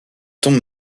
tombe